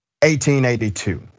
1882